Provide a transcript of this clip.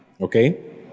Okay